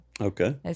Okay